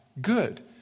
good